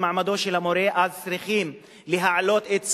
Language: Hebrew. מעמדו של המורה אז צריכים להעלות את שכרו,